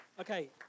Okay